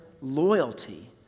loyalty